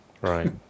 Right